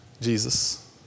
Jesus